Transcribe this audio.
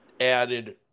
added